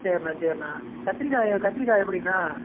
சரிண்ணா சரிண்ணா கத்திரிக்காயை கத்திரிக்காய் எப்படிண்ணா